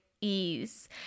ease